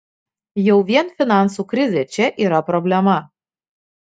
jau vien finansų krizė čia yra problema